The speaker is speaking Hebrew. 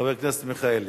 חבר הכנסת מיכאלי.